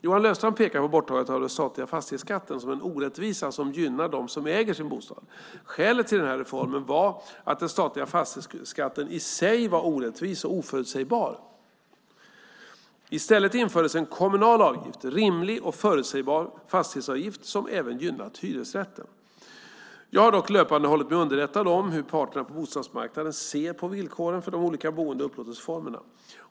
Johan Löfstrand pekar på borttagandet av den statliga fastighetsskatten som en orättvisa som gynnar dem som äger sin bostad. Skälet till denna reform var att den statliga fastighetsskatten i sig var orättvis och oförutsägbar. I stället infördes en kommunal, rimlig och förutsägbar fastighetsavgift som även gynnat hyresrätten. Jag har dock löpande hållit mig underrättad om hur parterna på bostadsmarknaden ser på villkoren för de olika boende och upplåtelseformerna.